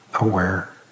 Aware